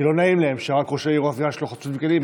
כי לא נעים להם שרק ראש העיר או הסגן שלו שוטפים כלים.